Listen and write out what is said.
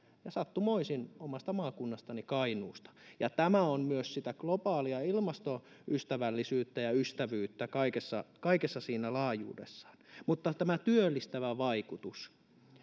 ja sattumoisin omasta maakunnastani kainuusta tämä on myös sitä globaalia ilmastoystävällisyyttä ja ystävyyttä kaikessa kaikessa siinä laajuudessaan mutta tämä työllistävä vaikutus